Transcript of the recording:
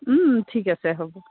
ঠিক আছে হ'ব